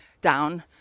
down